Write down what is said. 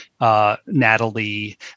Natalie